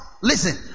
Listen